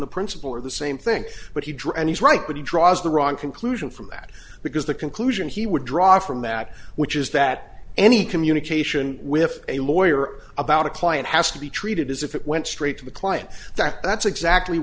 the principal are the same thing but he drew and he's right but he draws the wrong conclusion from that because the conclusion he would draw from that which is that any communication with a lawyer about a client has to be treated as if it went straight to the client that that's exactly